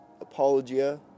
Apologia